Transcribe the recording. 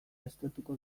aztertuko